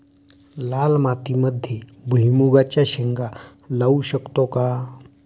लाल मातीमध्ये भुईमुगाच्या शेंगा लावू शकतो का?